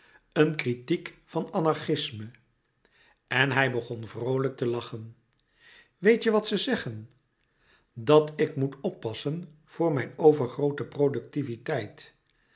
een kritiek van anarchisme en hij begon vroolijk te lachen weet je wat ze zeggen dat ik moet oppassen voor mijn overgroote productiviteit